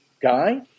guy